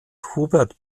hubert